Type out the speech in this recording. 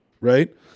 right